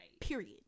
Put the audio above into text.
period